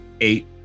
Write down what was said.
Eight